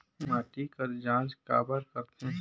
माटी कर जांच काबर करथे?